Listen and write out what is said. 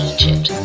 Egypt